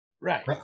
Right